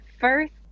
first